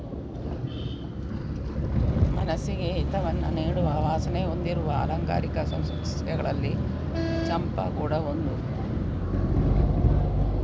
ಮನಸ್ಸಿಗೆ ಹಿತವನ್ನ ನೀಡುವ ವಾಸನೆ ಹೊಂದಿರುವ ಆಲಂಕಾರಿಕ ಸಸ್ಯಗಳಲ್ಲಿ ಚಂಪಾ ಕೂಡಾ ಒಂದು